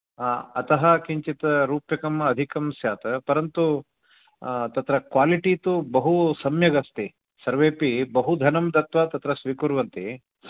अतः किञ्चित् रूप्यकं अधिकं स्यात् परन्तु तत्र क्वालिटि तु बहु सम्यक् अस्ति सर्वेऽपि बहु धनं दत्वा तत्र स्वीकुर्वन्ति